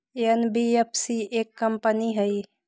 NBFC एक कंपनी हई?